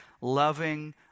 loving